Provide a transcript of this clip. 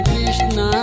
Krishna